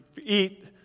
eat